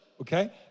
Okay